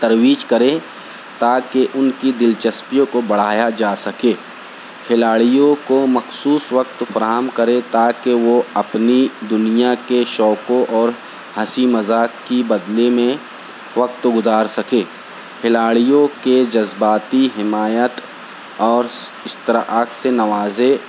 ترویج کریں تاکہ ان کی دلچسپیوں کو بڑھایا جا سکے کھلاڑیوں کو مخصوص وقت فراہم کرے تاکہ وہ اپنی دنیا کے شوقوں اور ہنسی مذاق کی بدلے میں وقت گزار سکے کھلاڑیوں کے جذباتی حمایت اور اشتراک سے نوازے